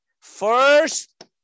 First